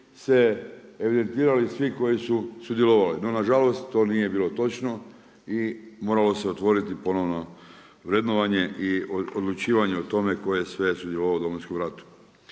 se evidentirali svi koji su sudjelovali, no nažalost to nije bilo točno i moralo se otvoriti ponovno vrednovanje i odlučivanje o tome tko je sve sudjelovao u Domovinskom ratu.